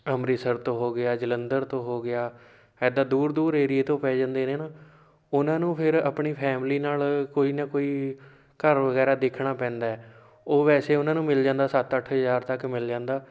ਅੰਮ੍ਰਿਤਸਰ ਤੋਂ ਹੋ ਗਿਆ ਜਲੰਧਰ ਤੋਂ ਹੋ ਗਿਆ ਇੱਦਾਂ ਦੂਰ ਦੂਰ ਏਰੀਏ ਤੋਂ ਪੈ ਜਾਂਦੇ ਨੇ ਨਾ ਉਹਨਾਂ ਨੂੰ ਫਿਰ ਆਪਣੀ ਫੈਮਲੀ ਨਾਲ ਕੋਈ ਨਾ ਕੋਈ ਘਰ ਵਗੈਰਾ ਦੇਖਣਾ ਪੈਂਦਾ ਹੈ ਉਹ ਵੈਸੇ ਉਹਨਾਂ ਨੂੰ ਮਿਲ ਜਾਂਦਾ ਸੱਤ ਅੱਠ ਹਜ਼ਾਰ ਤੱਕ ਮਿਲ ਜਾਂਦਾ